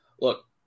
Look